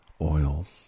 oils